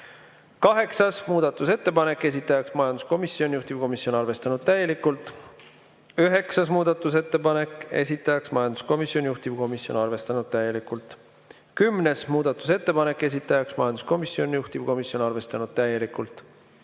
17. muudatusettepanek, esitaja majanduskomisjon, juhtivkomisjon arvestanud täielikult. 18. muudatusettepanek, esitaja majanduskomisjon, juhtivkomisjon arvestanud täielikult. 19. muudatusettepanek, esitaja majanduskomisjon, juhtivkomisjon on arvestanud täielikult.